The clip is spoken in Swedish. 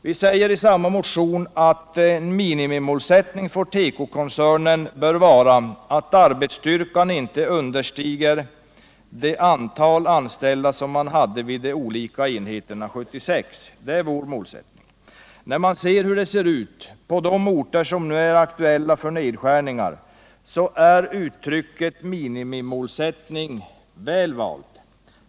Vi säger i samma motion att en minimimålsättning för tekokoncernen bör vara att arbetsstyrkan inte understiger antalet anställda vid de olika enheterna år 1976. När man undersöker hur det ser ut på de orter som nu är aktuella för nedskärningar finner man att uttrycket minimimålsättning är väl valt.